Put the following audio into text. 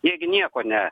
jie gi nieko ne